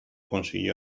consiguió